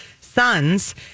sons